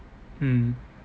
mm